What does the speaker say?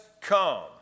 come